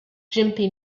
gympie